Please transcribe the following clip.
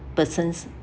person